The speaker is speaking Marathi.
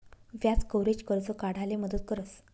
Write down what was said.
व्याज कव्हरेज, कर्ज काढाले मदत करस